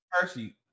Percy